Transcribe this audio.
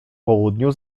południu